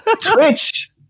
Twitch